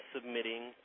submitting